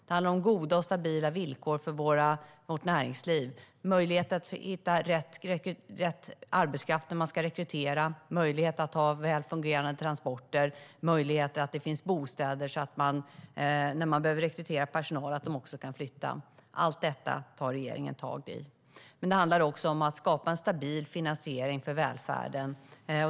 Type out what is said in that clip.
Det handlar om goda och stabila villkor för vårt näringsliv, möjlighet att hitta rätt arbetskraft när man rekryterar, möjlighet att ha väl fungerande transporter och möjlighet till bostäder så att den personal man rekryterar kan flytta. Allt detta tar regeringen tag i. Det handlar också om att skapa en stabil finansiering för välfärden.